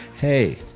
Hey